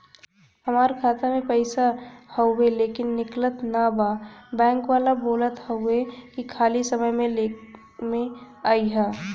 हमार खाता में पैसा हवुवे लेकिन निकलत ना बा बैंक वाला बोलत हऊवे की खाली समय में अईहा